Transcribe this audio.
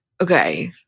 Okay